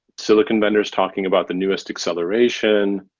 silicon vendors talking about the newest acceleration,